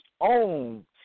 own